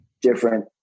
different